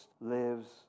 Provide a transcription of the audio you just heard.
lives